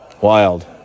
Wild